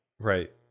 Right